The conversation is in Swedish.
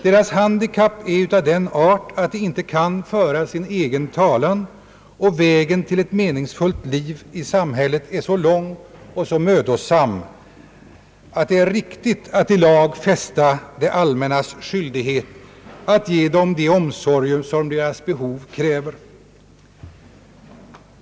Deras handikapp är av den art att de inte kan föra sin egen talan, och vägen till ett meningsfullt liv i samhället är för dem så lång och mödosam, att det är riktigt att i lag fästa det allmännas skyldighet att ge dem de omsorger som de behöver.